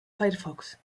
firefox